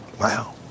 Wow